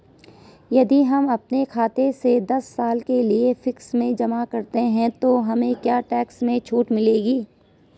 यदि हम अपने खाते से दस साल के लिए फिक्स में जमा करते हैं तो हमें क्या टैक्स में छूट मिलेगी?